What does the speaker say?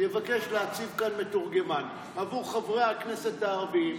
יבקש להציב כאן מתורגמן עבור חברי הכנסת הערבים,